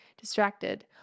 distracted